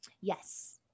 yes